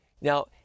Now